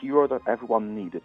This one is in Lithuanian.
juoda ehu myliu